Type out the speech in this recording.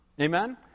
Amen